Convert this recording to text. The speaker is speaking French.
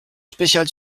spéciale